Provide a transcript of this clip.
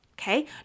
okay